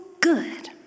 good